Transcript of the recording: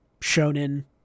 shonen